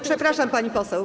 Przepraszam, pani poseł.